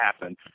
happen